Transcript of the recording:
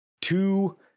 two